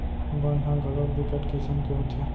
बन ह घलोक बिकट किसम के होथे